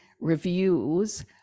reviews